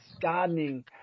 gardening